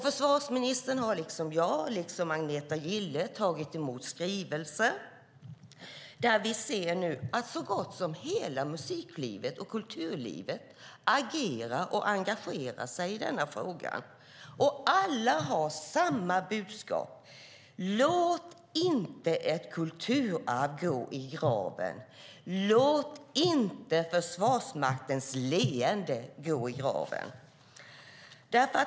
Försvarsministern har liksom jag och Agneta Gille tagit emot skrivelser, och vi ser nu att så gott som hela musiklivet och kulturlivet agerar och engagerar sig i denna fråga. Alla har samma budskap: Låt inte ett kulturarv gå i graven! Låt inte Försvarsmaktens leende gå i graven!